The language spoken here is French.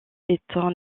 étant